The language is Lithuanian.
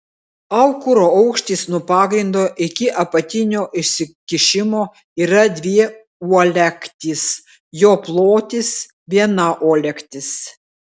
aukuro aukštis nuo pagrindo iki apatinio išsikišimo yra dvi uolektys jo plotis viena uolektis